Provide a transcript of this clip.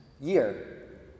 year